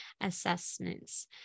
assessments